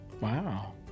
Wow